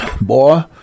Boy